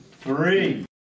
three